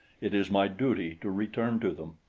it is my duty to return to them.